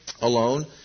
alone